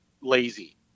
lazy